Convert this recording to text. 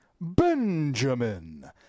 Benjamin